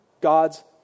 God's